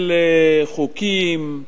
של חוקים,